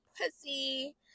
pussy